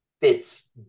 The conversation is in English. fits